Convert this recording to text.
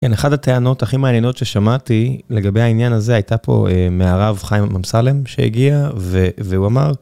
אין, אחת הטענות הכי מעניינות ששמעתי לגבי העניין הזה הייתה פה מהרב חיים אמסלם שהגיע והוא אמר